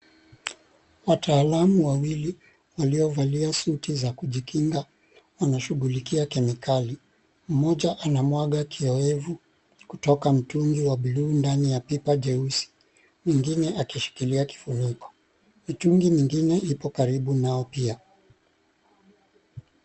Wataalamu wawili waliovalia suti za kujikinga wanashughulikia kemikali. Mmoja anamwaga kiyoevu kutoka mtungi wa buluu, ndani ya pipa jeusi mwingine akishikilia kifuniko. Mitungi mingine ipo karibu nao pia.